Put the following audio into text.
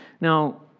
Now